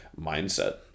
mindset